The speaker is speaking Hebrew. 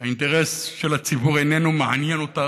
האינטרס של הציבור איננו מעניין אותה.